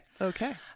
Okay